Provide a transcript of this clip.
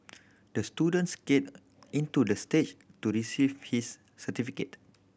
the student skated into the stage to receive his certificate